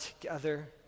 together